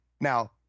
Now